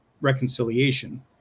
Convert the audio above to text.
reconciliation